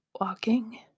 walking